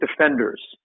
defenders